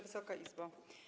Wysoka Izbo!